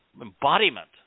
embodiment